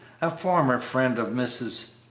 a former friend of mrs.